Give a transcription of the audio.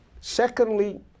Secondly